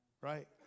right